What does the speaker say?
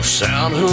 sound